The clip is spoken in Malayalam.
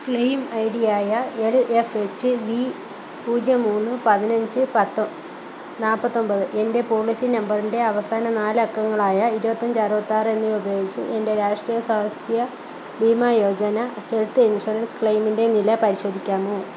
ക്ലെയിം ഐ ഡിയായ എൽ എഫ് എച്ച് വീ പൂജ്യം മൂന്ന് പതിനഞ്ച് നാൽപ്പത്തൊൻപത് എൻ്റെ പോളിസി നമ്പറിൻ്റെ അവസാന നാലക്കങ്ങളായ ഇരുപത്തഞ്ച് അറുപത്താറ് എന്നിവ ഉപയോഗിച്ച് എൻ്റെ രാഷ്ട്രീയ സ്വാസ്ഥ്യ ബീമാ യോജന ഹെൽത്ത് ഇൻഷുറൻസ് ക്ലെയിമിൻ്റെ നില പരിശോധിക്കാമോ